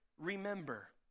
Remember